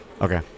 okay